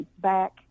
back